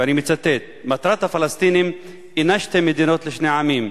ואני מצטט: מטרת הפלסטינים אינה שתי מדינות לשני עמים,